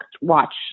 watch